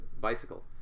bicycle